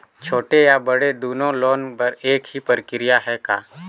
छोटे या बड़े दुनो लोन बर एक ही प्रक्रिया है का?